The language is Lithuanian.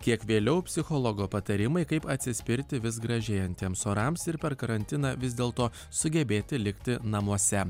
kiek vėliau psichologo patarimai kaip atsispirti vis gražėjentiems orams ir per karantiną vis dėl to sugebėti likti namuose